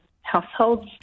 households